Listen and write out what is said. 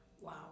Wow